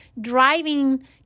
driving